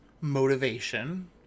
motivation